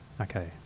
Okay